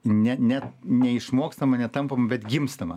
ne ne neišmokstama netampam bet gimstama